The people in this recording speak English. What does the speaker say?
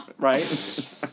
Right